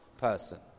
Person